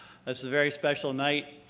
a very special night,